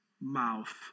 mouth